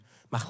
Mach